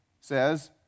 says